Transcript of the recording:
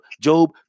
Job